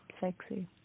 sexy